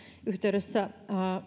yhteydessä